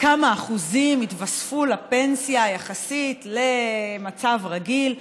כמה אחוזים התווספו לפנסיה יחסית למצב רגיל,